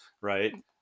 Right